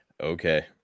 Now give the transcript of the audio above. okay